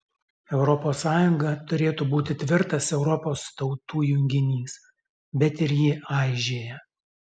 europos sąjunga turėtų būti tvirtas europos tautų junginys bet ir ji aižėja